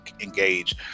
engage